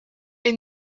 est